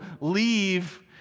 leave